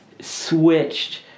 switched